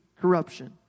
corruption